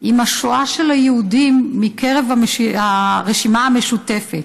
עם השואה של היהודים, מקרב הרשימה המשותפת.